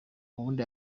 ubundi